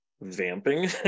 vamping